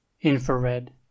Infrared